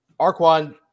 Arquan